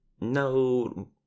No